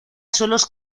suelos